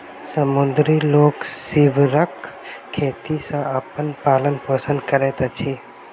समुद्री लोक सीवरक खेती सॅ अपन पालन पोषण करैत अछि